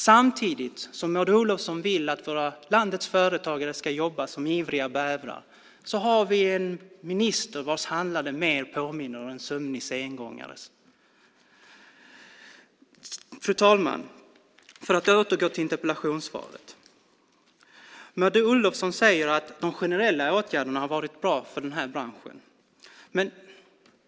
Samtidigt som Maud Olofsson vill att landets företagare ska jobba som ivriga bävrar påminner ministerns handlande mer om en sömnig sengångare. Fru talman! Jag återgår till interpellationssvaret. Maud Olofsson säger att de generella åtgärderna har varit bra för branschen.